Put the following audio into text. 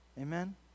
Amen